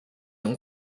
情况